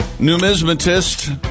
Numismatist